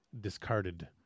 discarded